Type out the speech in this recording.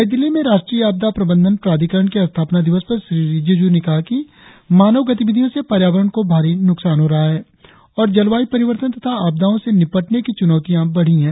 नई दिल्ली में राष्ट्रीय आपदा प्रबंधन प्राधिकरण के स्थापना दिवस पर श्री रिजिजू ने कहा कि मानव गतिविधियों से पर्यावरण को काफी नुकसान हो रहा है और जलवायु परिवर्तन तथा आपदाओं से निपटने की चुनौतिया बढ़ी हैं